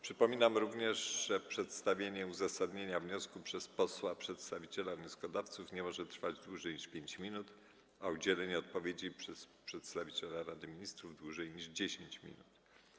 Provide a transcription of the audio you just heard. Przypominam również, że przedstawienie uzasadnienia wniosku przez posła przedstawiciela wnioskodawców nie może trwać dłużej niż 5 minut, a udzielenie odpowiedzi przez przedstawiciela Rady Ministrów - dłużej niż 10 minut.